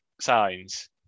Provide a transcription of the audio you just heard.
signs